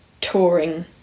touring